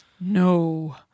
No